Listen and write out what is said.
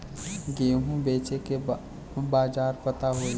गेहूँ बेचे के बाजार पता होई?